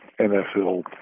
NFL